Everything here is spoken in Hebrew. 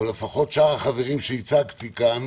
אבל לפחות שאר החברים שהצגתי כאן